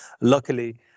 luckily